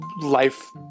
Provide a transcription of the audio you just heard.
life